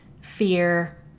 fear